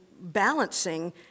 balancing